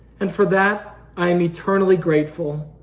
and for that i'm eternally grateful.